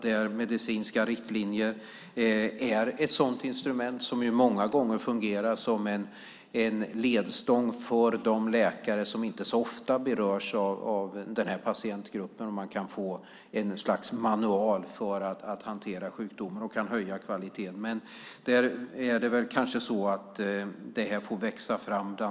Där är medicinska riktlinjer ett instrument som många gånger fungerar som en ledstång för de läkare som inte så ofta berörs av patientgruppen så att de kan få ett slags manual för att hantera sjukdomen och höja kvaliteten. Det får kanske växa fram.